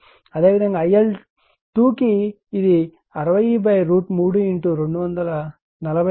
అదేవిధంగా IL2 కి ఇది 60 √ 3 240 0